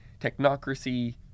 technocracy